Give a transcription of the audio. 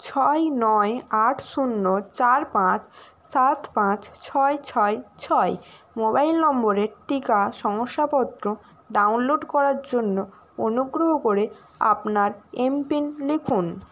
ছয় নয় আট শূন্য চার পাঁচ সাত পাঁচ ছয় ছয় ছয় মোবাইল নম্বরের টিকা শংসাপত্র ডাউনলোড করার জন্য অনুগ্রহ করে আপনার এম পিন লিখুন